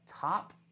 top